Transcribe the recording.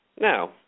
Now